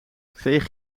veeg